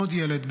עוד ילד,